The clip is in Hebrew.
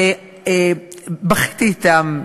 ובכיתי אתם,